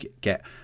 get